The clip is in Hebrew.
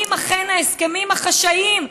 אם אכן ההסכמים החשאיים,